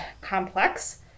complex